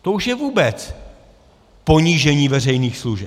To už je vůbec ponížení veřejných služeb.